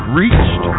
reached